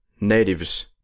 natives